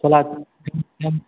चलो